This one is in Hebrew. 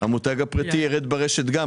המותג הפרטי ירד ברשת גם.